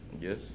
Yes